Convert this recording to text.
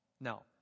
No